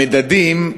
המדדים,